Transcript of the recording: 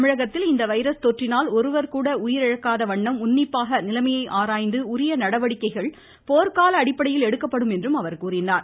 தமிழகத்தில் இந்த வைரஸ் தொற்றினால் ஒருவர் கூட உயிரிழக்காத வண்ணம் உன்னிப்பாக நிலைமையை ஆராய்ந்து உரிய நடவடிக்கைகள் போர்க்கால அடிப்படையில் எடுக்கப்படும் என கூறினார்